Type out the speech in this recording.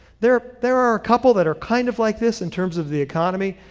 there there are a couple that are kind of like this in terms of the economy.